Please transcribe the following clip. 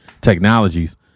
technologies